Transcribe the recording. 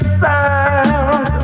sound